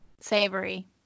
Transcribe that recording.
Savory